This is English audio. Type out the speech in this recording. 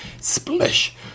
Splish